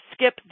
skip